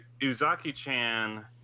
Uzaki-chan